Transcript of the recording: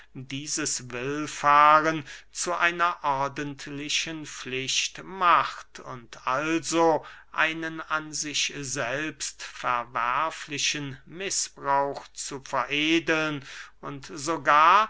dieses willfahren zu einer ordentlichen pflicht macht und also einen an sich selbst verwerflichen mißbrauch zu veredeln und sogar